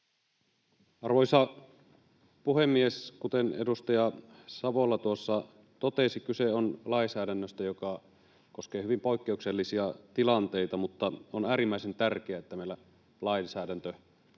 Arvoisa puhemies! Kuten edustaja Savola tuossa totesi, kyse on lainsäädännöstä, joka koskee hyvin poikkeuksellisia tilanteita, mutta on äärimmäisen tärkeää, että meillä lainsäädäntö